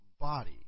body